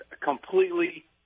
completely